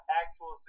actual